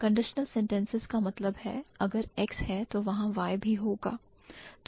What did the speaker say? Conditional sentences का मतलब है अगर X है तो वहां Y भी होगा